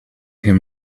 him